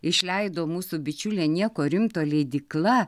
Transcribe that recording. išleido mūsų bičiulė nieko rimto leidykla